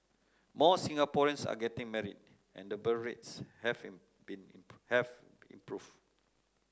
more Singaporeans are getting married and the birth rates have been have improved